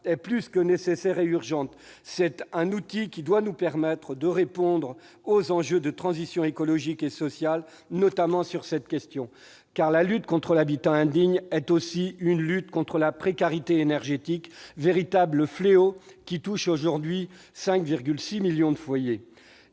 est plus que nécessaire et urgente. C'est un outil qui doit nous permettre de répondre aux enjeux de la transition écologique et sociale, notamment dans le domaine du logement. En effet, la lutte contre l'habitat indigne est aussi une lutte contre la précarité énergétique, véritable fléau qui touche aujourd'hui 5,6 millions de foyers.